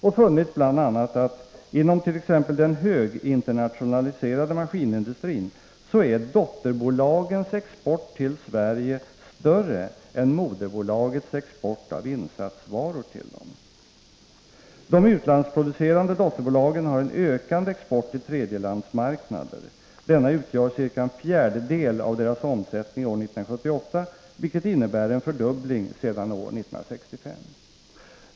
Man har bl.a. funnit att inom den höginternationaliserade maskinindustrin dotterbolagens export till Sverige är större än moderbolagens export av insatsvaror. De utlandsproducerande dotterbolagen har en ökande export i tredjelandsmarknader. Denna utgjorde ca en fjärdedel av deras omsättning år 1978 eller en fördubbling från år 1965.